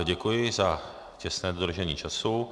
Děkuji i za těsné dodržení času.